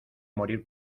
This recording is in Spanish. morir